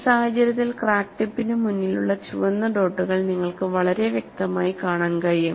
ഈ സാഹചര്യത്തിൽ ക്രാക്ക് ടിപ്പിന് മുന്നിലുള്ള ചുവന്ന ഡോട്ടുകൾ നിങ്ങൾക്ക് വളരെ വ്യക്തമായി കാണാൻ കഴിയും